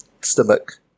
stomach